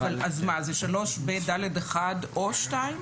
אז 3ב(ד)(1) או (2)?